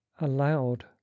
Aloud